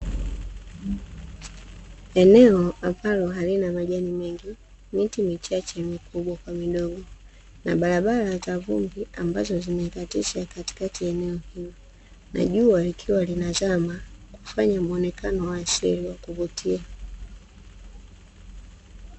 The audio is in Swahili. Eneo ambalo halina majani mengi, miti michache mikubwa kwa midogo na barabara za vumbi; ambazo zimekatisha katikati ya eneo hilo, na jua likiwa linazama kufanya muonekano wa asili na wa kuvutia.